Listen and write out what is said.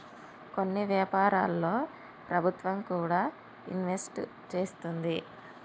కొన్ని వ్యాపారాల్లో ప్రభుత్వం కూడా ఇన్వెస్ట్ చేస్తుంది